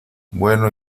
bueno